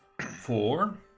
Four